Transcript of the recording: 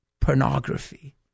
pornography